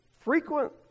frequent